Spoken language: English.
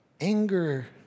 Anger